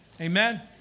Amen